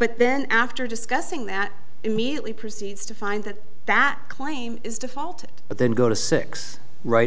but then after discussing that immediately proceeds to find that that claim is defaulted but then go to six right